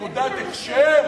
תעודת הכשר?